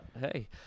Hey